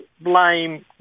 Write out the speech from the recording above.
blame